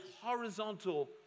horizontal